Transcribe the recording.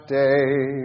day